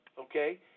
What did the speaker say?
okay